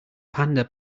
panda